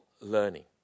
learning